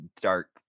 dark